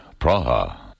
Praha